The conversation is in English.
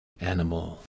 Animal